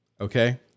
okay